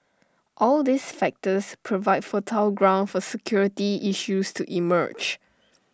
all these factors provide fertile ground for security issues to emerge